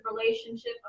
relationship